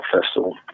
Festival